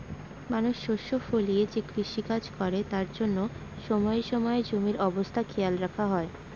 মানুষ শস্য ফলিয়ে যে কৃষিকাজ করে তার জন্য সময়ে সময়ে জমির অবস্থা খেয়াল রাখা হয়